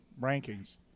rankings